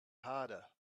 harder